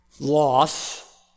loss